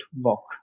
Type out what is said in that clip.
walk